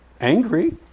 angry